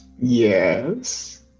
Yes